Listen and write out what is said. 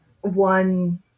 one